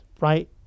right